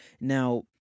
Now